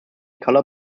color